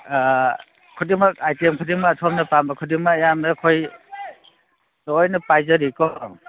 ꯑꯥ ꯈꯨꯗꯤꯡꯃꯛ ꯑꯥꯏꯇꯦꯝ ꯈꯨꯗꯤꯡꯃꯛ ꯁꯣꯝꯅ ꯄꯥꯝꯕ ꯈꯨꯗꯤꯡꯃꯛ ꯑꯌꯥꯝꯕꯅ ꯑꯩꯈꯣꯏ ꯂꯣꯏꯅ ꯄꯥꯏꯖꯔꯤꯀꯣ